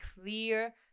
clear